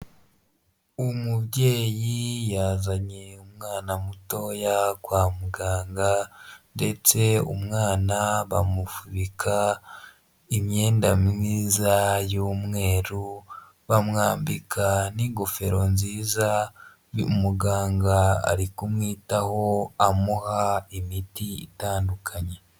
Umubyeyi yazanye umwana mutoya kwa muganga ndetse umwana bamufubika imyenda myiza y'umweru, bamwambika n'ingofero nziza, umuganga ari kumwitaho amuha imiti itandukanye.